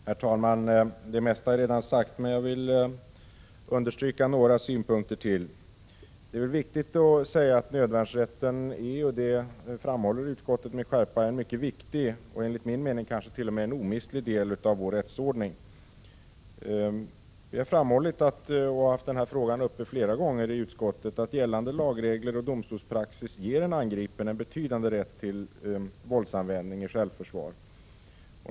Herr talman! Det mesta är redan sagt i detta ärende, men jag vill anföra ytterligare några synpunkter. Nödvärnsrätten är — och det framhåller utskottet med skärpa — en mycket viktig och enligt min mening t.o.m. omistlig del av vår rättsordning. Vi har framhållit, när vi flera gånger haft frågan uppe i utskottet, att gällande lagregler och domstolspraxis ger en angripen en betydande rätt till våldsanvändning i självförsvar.